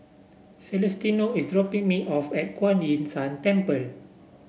Celestino is dropping me off at Kuan Yin San Temple